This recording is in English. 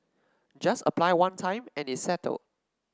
just apply one time and it's settled